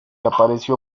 apareció